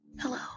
Hello